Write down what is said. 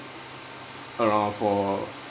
around for